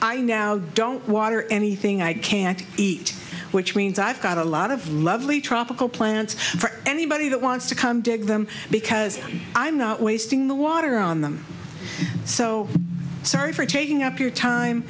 i now don't water anything i can't eat which means i've got a lot of lovely tropical plants for anybody that wants to come dig them because i'm not wasting the water on them so sorry for taking up your time